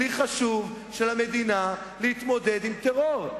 כלי חשוב של המדינה להתמודד עם טרור,